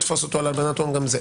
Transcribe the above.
לתפוס אותו על הלבנת הון גם זה.